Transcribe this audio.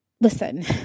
Listen